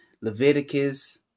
Leviticus